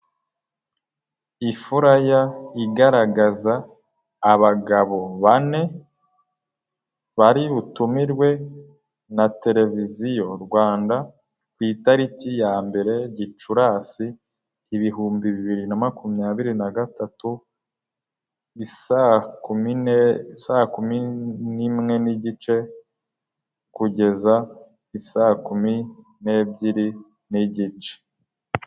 Ifuraya igaragaza abagabo bane bari butumirwe na televiziyo Rwanda, ku itariki ya mbere Gicurasi ibihumbi bibiri na makumyabiri na gatatu, i saa kumi n'imwe n'igice, kugeza i saa kugeza isa kumi n'ebyiri n'igice.